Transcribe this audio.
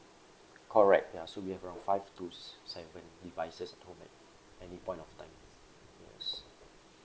correct ya so we have around five to seven devices at home at any point of time yes